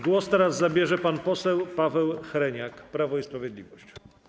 Głos teraz zabierze pan poseł Paweł Hreniak, Prawo i Sprawiedliwość.